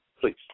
Please